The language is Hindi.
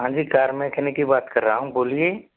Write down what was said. हाँ जी कार मैकेनिक ही बात कर रहा हूँ बोलिए